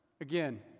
again